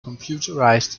computerized